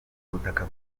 ubutaka